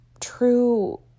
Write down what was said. true